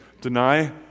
deny